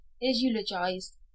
eulogized